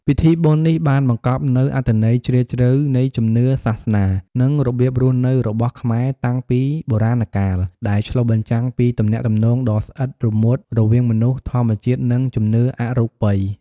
ពិធីបុណ្យនេះបានបង្កប់នូវអត្ថន័យជ្រាលជ្រៅនៃជំនឿ សាសនា និងរបៀបរស់នៅរបស់ខ្មែរតាំងពីបុរាណកាល ដែលឆ្លុះបញ្ចាំងពីទំនាក់ទំនងដ៏ស្អិតរមួតរវាងមនុស្ស ធម្មជាតិ និងជំនឿអរូបិយ។